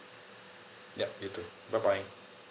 yup you too bye bye